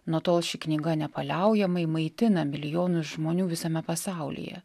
nuo tol ši knyga nepaliaujamai maitina milijonus žmonių visame pasaulyje